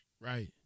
Right